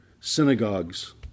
synagogues